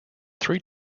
three